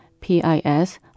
PIS